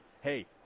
hey